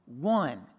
one